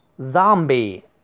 Zombie